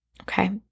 okay